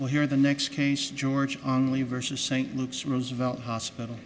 well here the next case george only versus st luke's roosevelt hospital